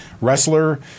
wrestler